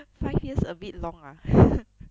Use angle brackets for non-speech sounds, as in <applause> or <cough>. five years a bit long ah <laughs>